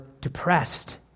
depressed